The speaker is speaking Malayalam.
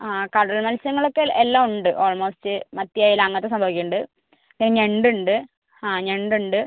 ആ കടൽ മത്സ്യങ്ങൾ ഒക്കെ എല്ലാം ഉണ്ട് ഓൾമോസ്റ്റ് മത്തി ആയാലും അങ്ങനത്തെ സംഭവം ഒക്കെ ഉണ്ട് ഞണ്ട് ഉണ്ട് ആ ഞണ്ട് ഉണ്ട്